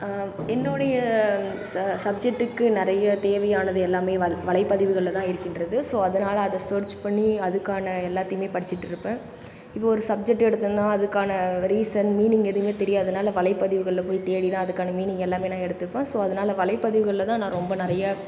என்னுடைய ச சப்ஜெட்டுக்கு நிறைய தேவையானது எல்லாமே வலை வலைப்பதிவுகளில் தான் இருக்கின்றது ஸோ அதனால் அதை ஸேர்ச் பண்ணி அதுக்கான எல்லாத்தையுமே படிச்சுட்டு இருப்பேன் இப்போ ஒரு சப்ஜெக்ட் எடுத்தோன்னா அதுக்கான ரீஸன் மீனிங் எதுவுமே தெரியாது அதனால் வலைப்பதிவுகளில் போய் தேடி தான் அதுக்கான மீனிங் எல்லாமே நான் எடுத்துப்பேன் ஸோ அதனால் வலை பதிவுகளில் தான் நான் ரொம்ப நிறைய